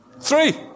Three